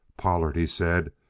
pollard, he said,